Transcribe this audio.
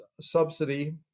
subsidy